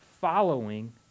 following